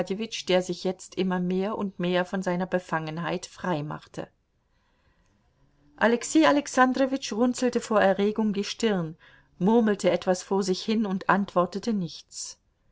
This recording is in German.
der sich jetzt immer mehr und mehr von seiner befangenheit frei machte alexei alexandrowitsch runzelte vor erregung die stirn murmelte etwas vor sich hin und antwortete nichts